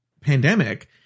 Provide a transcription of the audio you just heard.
pandemic